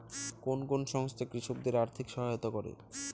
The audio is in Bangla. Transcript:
কোন কোন সংস্থা কৃষকদের আর্থিক সহায়তা করে?